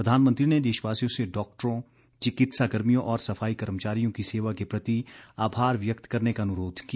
प्रधानमंत्री ने देशवासियों से डॉक्टरों चिकित्सा कर्मियों और सफाई कर्मचारियों की सेवा के प्रति आभार व्यक्त करने का अनुरोध किया